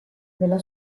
della